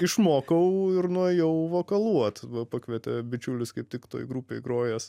išmokau ir nuėjau vokaluot pakvietė bičiulis kaip tik toj grupėj grojęs